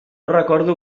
recordo